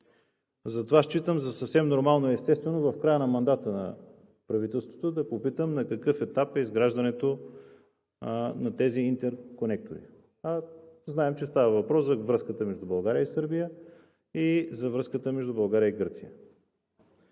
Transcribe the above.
Затова считам за съвсем нормално и естествено в края на мандата на правителството да попитам на какъв етап е изграждането на тези интерконектори? Знаем, че става въпрос за връзката между България и Сърбия и за връзката между България и Гърция.